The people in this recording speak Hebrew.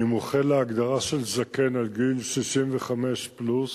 אני מוחה על ההגדרה של זקן, גיל 65 פלוס,